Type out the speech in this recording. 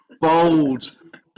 bold